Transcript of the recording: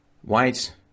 White